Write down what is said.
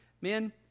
Men